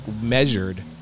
measured